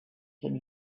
had